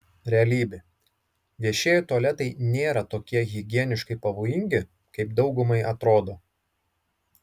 realybė viešieji tualetai nėra tokie higieniškai pavojingi kaip daugumai atrodo